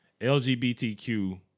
LGBTQ